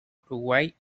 uruguay